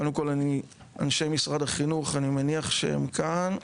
קודם כל, אנשי משרד החינוך, אני מניח שהם כאן.